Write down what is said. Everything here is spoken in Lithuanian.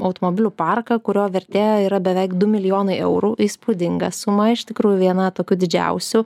automobilių parką kurio vertė yra beveik du milijonai eurų įspūdinga suma iš tikrųjų viena tokių didžiausių